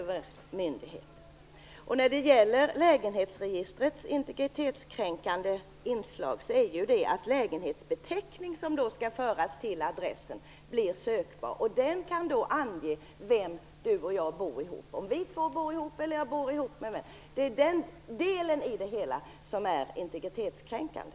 Det interitetskränkande inslaget i lägenhetsregistrering är ju att lägenhetens beteckning som skall föras till adressen blir sökbar, och den anger vem som bor ihop med vem osv. Det är den delen som är integritetskränkande.